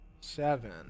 seven